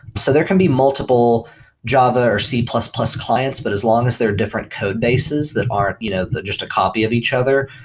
so there can be multiple java or c plus plus clients, but as long as there are different code bases that are you know just a copy of each other,